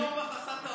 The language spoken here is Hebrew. ניר אורבך עשה טעות,